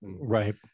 right